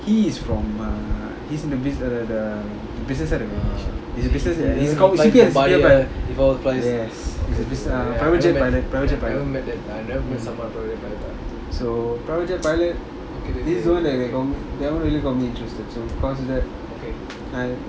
he is from uh he's in the busi~ uh the business side of the yes he is the business uh private jet pilot so private jet pilot this is the one that that got me that one really got me interested so because of that I